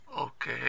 Okay